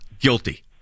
guilty